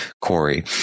Corey